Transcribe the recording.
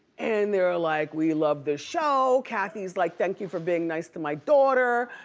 and they're ah like we love the show. kathy's like thank you for being nice to my daughter.